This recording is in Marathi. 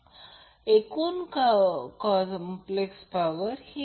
तर हे 3 Vp 2 Zp काँज्यूगेट आहे